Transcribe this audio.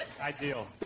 Ideal